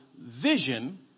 vision